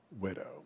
widow